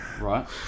right